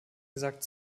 gesagt